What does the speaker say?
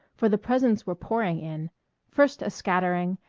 for the presents were pouring in first a scattering,